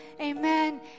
Amen